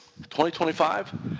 2025